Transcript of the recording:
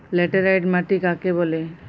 Laterite মাটি কাকে বলে?